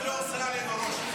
זה לא עושה עלינו רושם.